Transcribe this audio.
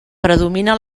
predomina